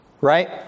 Right